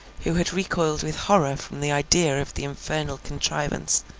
who had recoiled with horror from the idea of the infernal contrivance,